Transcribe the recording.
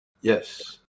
yes